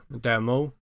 demo